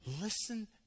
Listen